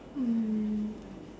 mm